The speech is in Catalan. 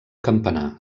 campanar